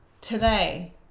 today